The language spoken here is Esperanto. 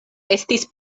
estis